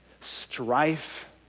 strife